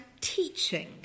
teaching